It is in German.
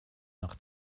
nach